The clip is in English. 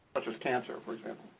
such as cancer, for example.